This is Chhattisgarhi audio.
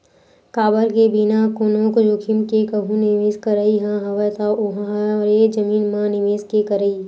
काबर के बिना कोनो जोखिम के कहूँ निवेस करई ह हवय ता ओहा हरे जमीन म निवेस के करई